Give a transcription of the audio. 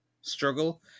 struggle